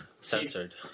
Censored